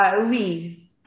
oui